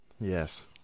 Yes